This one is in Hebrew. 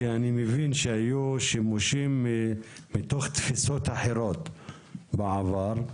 כי אני מבין שהיו שימושים מתוך תפיסות אחרות בעבר.